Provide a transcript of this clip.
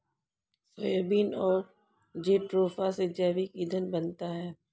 soybean और jatropha से जैविक ईंधन बनता है